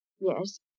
Yes